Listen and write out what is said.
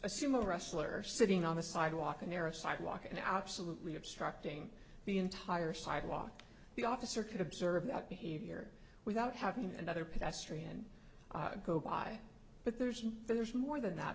sumo wrestler sitting on the sidewalk near a sidewalk and out salute obstructing the entire sidewalk the officer could observe that behavior without having another pedestrian go by but there's no there's more than that